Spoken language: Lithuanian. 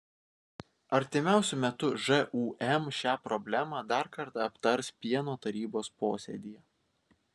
artimiausiu metu žūm šią problemą dar kartą aptars pieno tarybos posėdyje